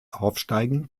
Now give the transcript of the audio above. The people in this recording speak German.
aufsteigen